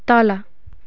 तल